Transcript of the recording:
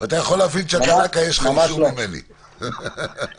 תודה רבה.